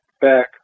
back